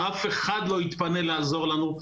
אף אחד לא יתפנה לעזור לנו.